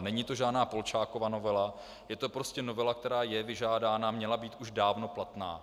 Není to žádná Polčákova novela, je to prostě novela, která je vyžádána, měla být už dávno platná.